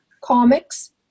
comics